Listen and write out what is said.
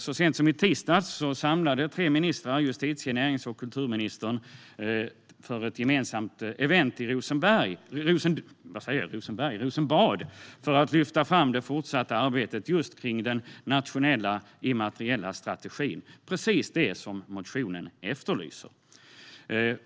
Så sent som i tisdags samlades tre ministrar - justitie, närings och kulturministern - för ett gemensamt event i Rosenbad för att lyfta fram det fortsatta arbetet just om den nationella immateriella strategin. Det är precis det som motionen efterlyser.